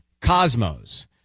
Cosmo's